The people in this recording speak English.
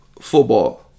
Football